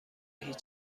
هیچ